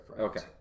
Okay